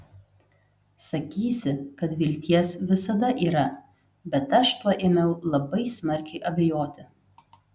sakysi kad vilties visada yra bet aš tuo ėmiau labai smarkiai abejoti